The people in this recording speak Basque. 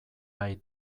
nahi